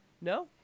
No